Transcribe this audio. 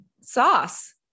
sauce